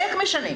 איך משנים?